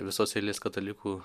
visos eilės katalikų